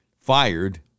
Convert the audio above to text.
fired